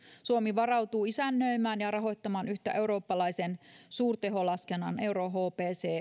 suomi varautuu isännöimään ja rahoittamaan yhtä eurooppalaisen suurteholaskennan eurohpc